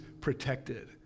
protected